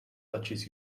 touches